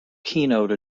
keynote